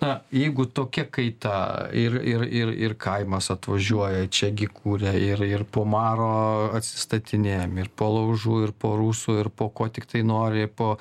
na jeigu tokia kaita ir ir ir ir kaimas atvažiuoja čia gi kuria ir ir po maro atsistatinėjam ir po laužų ir po rusų ir po ko tiktai nori po